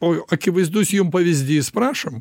o akivaizdus jum pavyzdys prašom